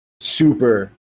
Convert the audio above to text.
super